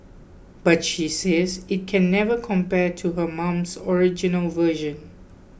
but she says it can never compare to her mum's original version